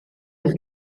his